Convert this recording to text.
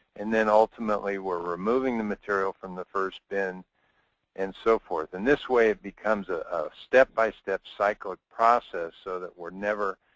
and then ultimately we're removing the material from the first bin and so forth. and this way it becomes a step-by-step cycled process, so that we're never